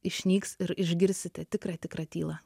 išnyks ir išgirsite tikrą tikrą tylą